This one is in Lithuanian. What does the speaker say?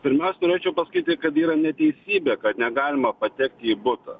pirmiausiai norėčiau pasakyti kad yra neteisybė kad negalima patekti į butą